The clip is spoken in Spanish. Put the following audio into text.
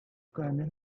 academia